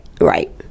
right